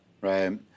right